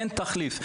אין תחליף,